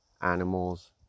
animals